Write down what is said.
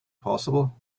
possible